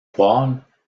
poêles